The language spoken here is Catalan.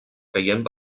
caient